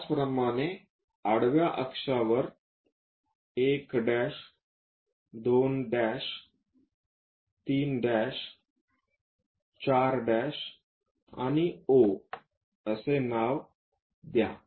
त्याचप्रमाणे आडवा अक्ष वर 1 2 3 4 आणि O असे नाव द्या